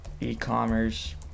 e-commerce